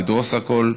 לדרוס הכול.